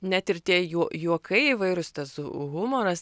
net ir tie juo juokai įvairūs tas humoras